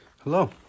Hello